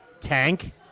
Tank